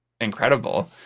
incredible